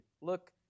Look